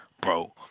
bro